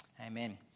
Amen